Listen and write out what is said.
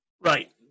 Right